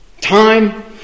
time